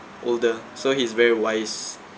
older so he's very wise